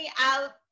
out